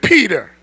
Peter